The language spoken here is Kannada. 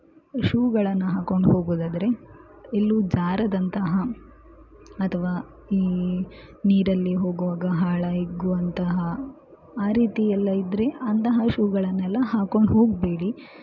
ಶೂಗಳನ್ನು ಹಾಕೊಂಡು ಹೋಗೋದಾದ್ರೆ ಎಲ್ಲೂ ಜಾರದಂತಹ ಅಥವಾ ಈ ನೀರಲ್ಲಿ ಹೋಗುವಾಗ ಆಳ ಹಿಗ್ಗುವಂತಹ ಆ ರೀತಿ ಎಲ್ಲ ಇದ್ದರೆ ಅಂತಹ ಶೂಗಳನ್ನೆಲ್ಲ ಹಾಕೊಂಡು ಹೋಗಬೇಡಿ